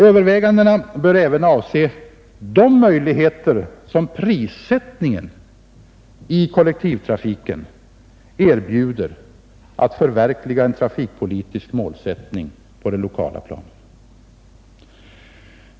Övervägandena bör även avse de möjligheter som prissättningen i kollektivtrafiken erbjuder för att förverkliga en trafikpolitisk målsättning på det lokala planet.